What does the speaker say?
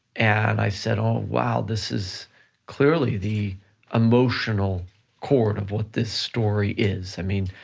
and i said, oh, wow, this is clearly the emotional core and of what this story is. i mean,